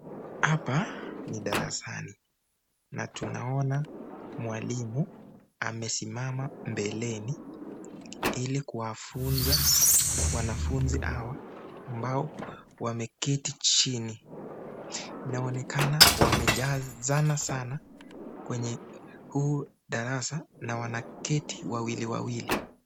Hapa ni darasani na tunaona mwalimu amesimama mbeleni, ili kuwafunza wanafunzi hawa ambao wameketi chini. Inaonekana wamejazana sana kwenye huu darasa na wameketi wawili wawili.